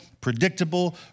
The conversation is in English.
predictable